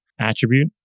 attribute